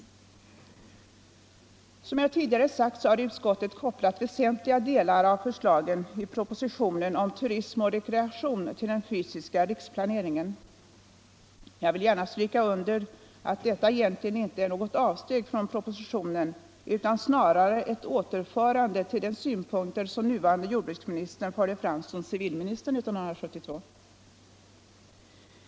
Som jag tidigare sagt har utskottet kopplat väsentliga delar av förslagen i propositionen om turism och rekreation till den fysiska riksplaneringen. Jag vill gärna stryka under att detta egentligen inte är något avsteg från propositionen, utan snarare ett återförande av den till synpunkter som nuvarande jordbruksministern förde fram som civilminister år 1972.